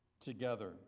together